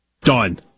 Done